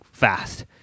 fast